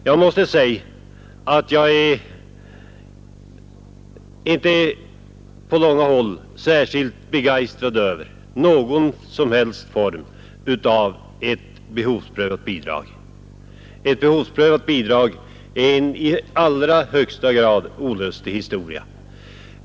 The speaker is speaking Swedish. Jag måste säga att jag inte är begeistrad över någon form av behovsprövade bidrag, som jag tycker är en i allra högsta grad olustig historia.